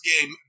game